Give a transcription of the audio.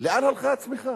לאן הלכה הצמיחה?